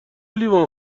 لیوان